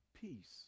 peace